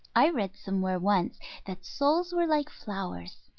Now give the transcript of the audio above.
i read somewhere once that souls were like flowers,